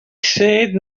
said